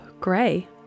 grey